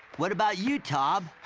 what about you, tom?